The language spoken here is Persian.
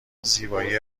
زیبایی